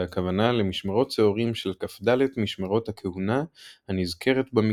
והכוונה למשמרת שעורים של כ"ד משמרות הכהונה הנזכרת במקרא,